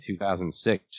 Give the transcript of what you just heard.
2006